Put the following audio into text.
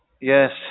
Yes